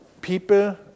people